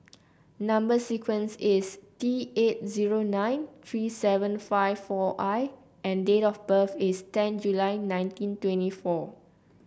number sequence is T eight zero nine three seven five four I and date of birth is ten July nineteen twenty four